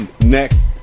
next